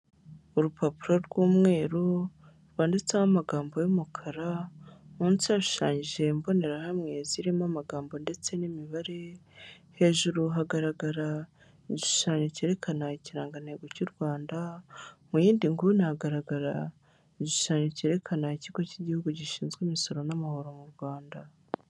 Urupapuro rw'umweru rwanditseho amagambo y'umukara, munsi hashushanyije imbonerahamwe zirimo amagambo ndetse n'imibare, hejuru hagaragara igishushanyo cyerekana ikirangantego cy'u Rwanda, mu yindi nguni hagaragara igishushanyo cyerekana ikigo cy'igihugu gishinzwe imisoro n'amahoro mu Rwanda.